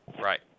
Right